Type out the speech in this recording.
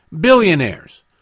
Billionaires